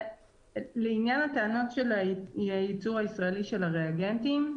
לעניין הטענות של הייצור הישראלי של הריאגנטים,